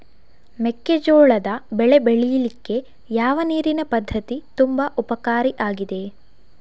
ಮೆಕ್ಕೆಜೋಳದ ಬೆಳೆ ಬೆಳೀಲಿಕ್ಕೆ ಯಾವ ನೀರಿನ ಪದ್ಧತಿ ತುಂಬಾ ಉಪಕಾರಿ ಆಗಿದೆ?